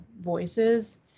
voices